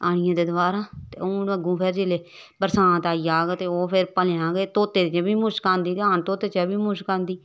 आइयै ते दबारा ते हून अग्गूं फिर जेल्लै बरसांत आई जाग ते ओह् फिर भलेआं गै धोते दे बी मुश्क आंदी ते आन धोते दे चा बी मुश्क आंदी